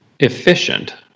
efficient